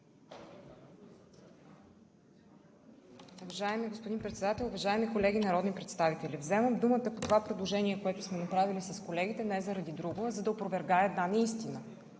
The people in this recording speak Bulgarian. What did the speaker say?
Уважаеми господин Председател, уважаеми колеги народни представители! Вземам думата по това предложение, което сме направили с колегите, не заради друго, а за да опровергая една неистина.